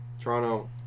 Toronto